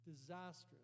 disastrous